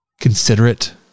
considerate